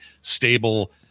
stable